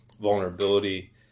vulnerability